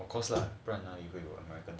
of course lah are you going to america